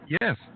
Yes